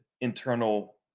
internal